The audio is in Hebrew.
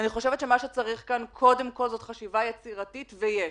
מה שצריך כאן זה קודם כול חשיבה יצירתית ויש.